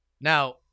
Now